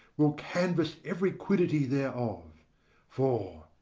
we'll canvass every quiddity thereof for,